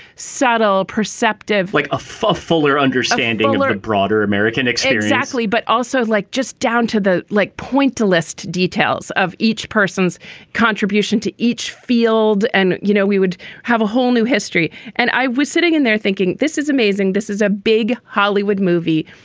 subtle, perceptive, like a full fuller understanding of broader american experience, actually, but also like just down to the like point to list details of each person's contribution to each field. and, you know, we would have a whole new history. and i was sitting in there thinking, this is amazing. this is a big hollywood movie.